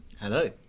Hello